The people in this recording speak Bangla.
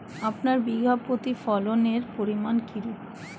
আপনার বিঘা প্রতি ফলনের পরিমান কীরূপ?